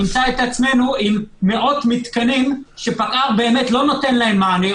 נמצא עצמנו עם מאות מתקנים שפקע"ר לא נותן להם באמת מענה,